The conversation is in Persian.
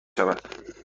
شود